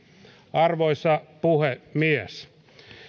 arvoisa puhemies